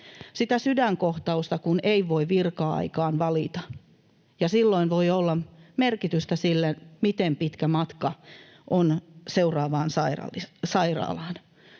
sitä sydänkohtausta kun ei voi virka-aikaan valita. Ja silloin voi olla merkitystä sillä, miten pitkä matka on seuraavaan sairaalaan.